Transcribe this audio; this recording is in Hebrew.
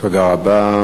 תודה רבה.